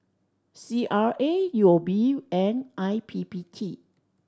C R A U O B and I P P T